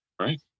Right